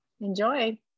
enjoy